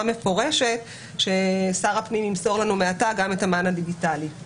מפורשת ששר הפנים ימסור לנו מעתה גם את המען הדיגיטלי.